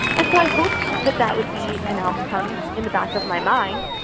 and so i hoped that that would be an outcome in the back of my mind,